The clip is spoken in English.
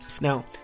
Now